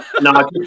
No